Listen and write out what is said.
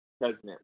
president